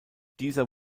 dieser